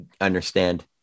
understand